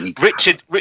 Richard